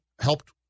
helped